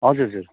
हजुर हजुर